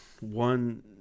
one